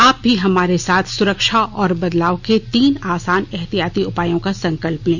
आप भी हमारे साथ सुरक्षा और बचाव के तीन आसान एहतियाती उपायों का संकल्प लें